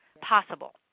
possible